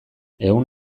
ehun